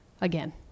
again